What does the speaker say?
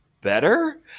better